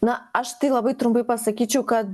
na aš tai labai trumpai pasakyčiau kad